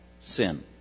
sin